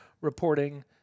reporting